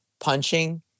punching